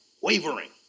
wavering